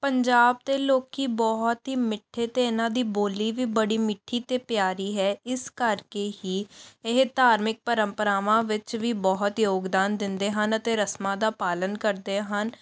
ਪੰਜਾਬ ਦੇ ਲੋਕ ਬਹੁਤ ਹੀ ਮਿੱਠੇ ਅਤੇ ਇਹਨਾਂ ਦੀ ਬੋਲੀ ਵੀ ਬੜੀ ਮਿੱਠੀ ਅਤੇ ਪਿਆਰੀ ਹੈ ਇਸ ਕਰਕੇ ਹੀ ਇਹ ਧਾਰਮਿਕ ਪ੍ਰੰਪਰਾਵਾਂ ਵਿੱਚ ਵੀ ਬਹੁਤ ਯੋਗਦਾਨ ਦਿੰਦੇ ਹਨ ਅਤੇ ਰਸਮਾਂ ਦਾ ਪਾਲਣ ਕਰਦੇ ਹਨ